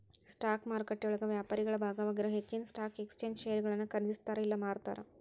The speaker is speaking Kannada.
ಸ್ಟಾಕ್ ಮಾರುಕಟ್ಟೆಯೊಳಗ ವ್ಯಾಪಾರಿಗಳ ಭಾಗವಾಗಿರೊ ಹೆಚ್ಚಿನ್ ಸ್ಟಾಕ್ ಎಕ್ಸ್ಚೇಂಜ್ ಷೇರುಗಳನ್ನ ಖರೇದಿಸ್ತಾರ ಇಲ್ಲಾ ಮಾರ್ತಾರ